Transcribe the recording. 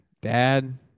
Dad